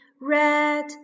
Red